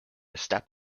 step